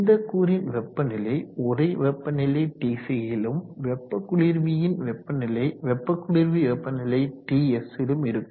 இந்த கூறின் வெப்பநிலை உறை வெப்பநிலை Tcலும் வெப்ப குளிர்வியின் வெப்பநிலை வெப்ப குளிர்வி வெப்பநிலை Tsலும் இருக்கும்